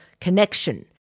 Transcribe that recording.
connection